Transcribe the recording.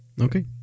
Okay